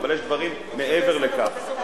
אבל יש דברים מעבר לכך.